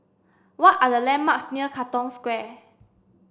what are the landmarks near Katong Square